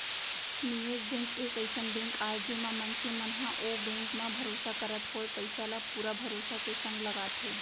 निवेस बेंक एक अइसन बेंक आय जेमा मनसे मन ह ओ बेंक म भरोसा करत होय पइसा ल पुरा भरोसा के संग लगाथे